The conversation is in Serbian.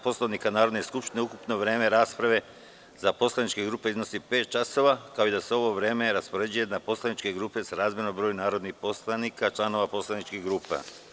Poslovnika Narodne skupštine, ukupno vreme rasprave za poslaničke grupe iznosi pet časova, kao i da se ovo vreme raspoređuje na poslaničke grupe srazmerno broju narodnih poslanika članova poslaničke grupe.